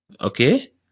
Okay